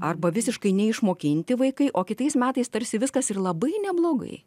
arba visiškai neišmokinti vaikai o kitais metais tarsi viskas ir labai neblogai